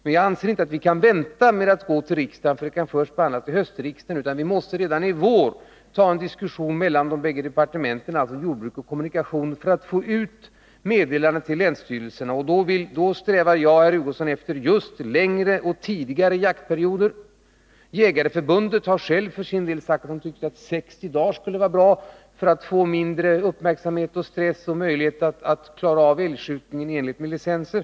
Jag anser emellertid inte att vi kan vänta på riksdagsbeslut — det skulle bli först i höst — utan vi måste redan i vår ta en diskussion mellan de båda berörda departementen, jordbruksdepartementet och kommunikationsdepartementet, för att få ut meddelande till länsstyrelserna. Då strävar jag, herr Hugosson, efter just längre och tidigare jaktperioder. Jägareförbundet har för sin del sagt att det anser att en jakttid om 60 dagar skulle vara bra. Man skulle då få mindre uppmärksamhet och stress och större möjligheter att klara av älgskjutningen i enlighet med licenser.